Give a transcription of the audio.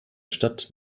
stadt